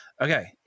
Okay